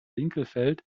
winkelfeld